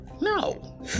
No